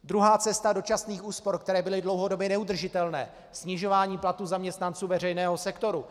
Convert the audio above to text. Druhá cesta dočasných úspor, které byly dlouhodobě neudržitelné: snižování platů zaměstnanců veřejného sektoru.